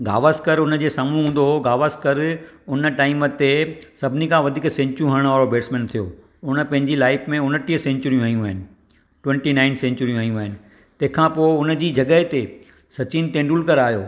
गावस्कर हुनजे साम्हूं हूंदो हुओ गावस्कर हुन टाइम ते सभिनी खां वधीक सैन्जूं हणणु वारो बैट्समैन थियो हुन पंहिंजी लाइफ में उणिटीह सैन्चुरी हयूं आहिनि ट्वेन्टी नाइन सैन्चुरी हयूं आहिनि तंहिं खां पोइ हुनजी जॻह ते सचिन तेंदुलकर आहियो